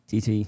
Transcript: TT